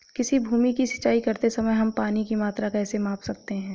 किसी भूमि की सिंचाई करते समय हम पानी की मात्रा कैसे माप सकते हैं?